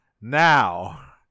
Now